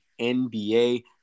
NBA